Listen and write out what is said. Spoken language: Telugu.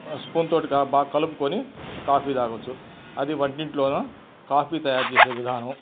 స్పూన్ తోటి బా కలుపుకోని కాఫీ తాగొచ్చు అది వంటింట్లోనూ కాఫీ తయారుచేసే విధానం